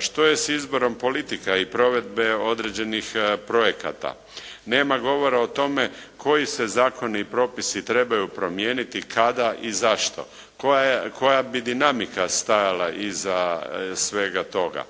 Što je s izborom politika i provedbe određenih projekata? Nema govora o tome koji se zakoni i propisi trebaju promijeniti, kada i zašto. Koja bi dinamika stajala iza svega toga.